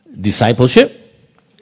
discipleship